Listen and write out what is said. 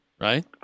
right